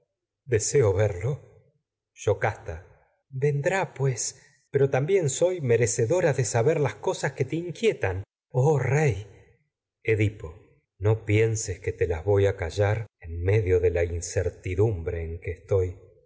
deseo verlo yocasta vendrá pues pero también soy merece las cosas dora de saber que te inquietan oh rey edipo no pienses que te las vof a callar en medio en de la ti incertidumbre que estoy